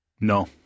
no